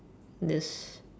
this